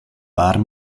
paar